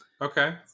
Okay